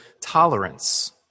tolerance